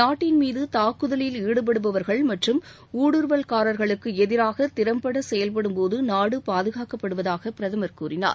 நாட்டின் மீத் தாக்குதலில் ஈடுபடுபவர்கள் மற்றும் ஊடுருவல்காரர்களுக்கு எதிராக திறம்பட செயல்படும்போது நாடு பாதுகாக்கப்படுவதாக பிரதமர் கூறினார்